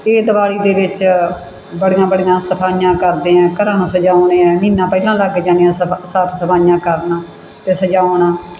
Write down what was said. ਇਹ ਦੀਵਾਲੀ ਦੇ ਵਿੱਚ ਬੜੀਆਂ ਬੜੀਆਂ ਸਫਾਈਆਂ ਕਰਦੇ ਹੈ ਘਰਾਂ ਨੂੰ ਸਜਾਉਂਦੇ ਹੈ ਮਹੀਨਾ ਪਹਿਲਾਂ ਲੱਗ ਜਾਣੇ ਹੈ ਸਾਫ ਸਫਾਈਆਂ ਕਰਨ ਤੇ ਸਜਾਉਣ